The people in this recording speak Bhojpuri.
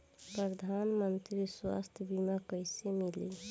प्रधानमंत्री स्वास्थ्य बीमा कइसे मिली?